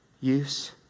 use